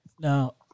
Now